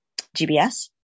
GBS